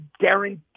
guarantee